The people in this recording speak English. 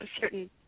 certain